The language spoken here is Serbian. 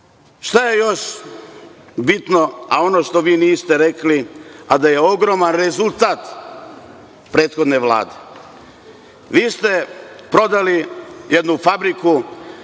je još bitno, ono što vi niste rekli, a da je ogroman rezultat prethodne Vlade? Vi ste prodali jednu fabriku